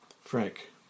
Frank